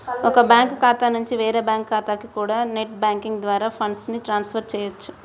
ఒక బ్యాంకు ఖాతా నుంచి వేరే బ్యాంకు ఖాతాకి కూడా నెట్ బ్యాంకింగ్ ద్వారా ఫండ్స్ ని ట్రాన్స్ ఫర్ చెయ్యొచ్చు